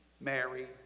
Mary